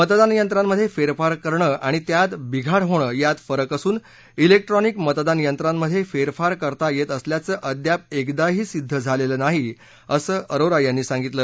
मतदानयंत्रांमध्ये फेरफार करणं आणि त्यात बिघाड होणं यात फरक असून इलेक्ट्रॉनिक मतदानयंत्रांमध्ये फेरफार करता येत असल्याचं अद्याप एकदाही सिद्ध झालेलं नाही असं अरोरा यांनी सांगितलं